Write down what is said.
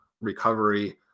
recovery